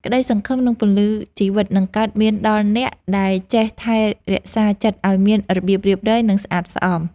ក្តីសង្ឃឹមនិងពន្លឺជីវិតនឹងកើតមានដល់អ្នកដែលចេះថែរក្សាចិត្តឱ្យមានរបៀបរៀបរយ និង ស្អាតស្អំ។